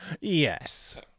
Yes